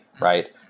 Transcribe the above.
right